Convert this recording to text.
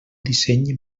disseny